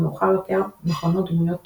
ומאוחר יותר מכונות דמויות